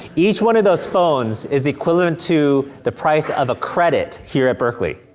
each one of those phones is equivalent to the price of a credit here at berkeley.